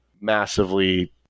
massively